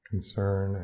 Concern